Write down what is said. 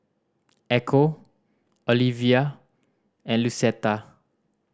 Echo Olevia and Lucetta